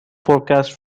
forecast